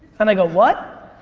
and i go what?